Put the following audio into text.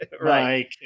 right